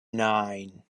nine